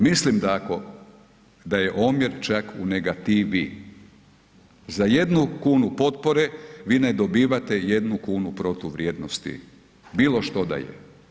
Mislim da je omjer čak u negativi, za jednu kunu potpore, vi ne dobivate jednu kunu protuvrijednosti bilo što da je.